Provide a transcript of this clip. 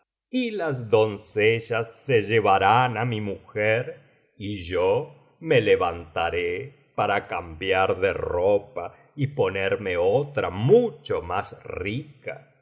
y una noche ííin l mí mujer y yo me levantaré para cambiar do ropa y ponerme otra mucho más rica